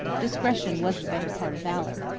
discretion was the better part of valor.